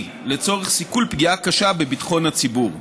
לצורך סיכול פגיעה קשה בביטחון הציבור.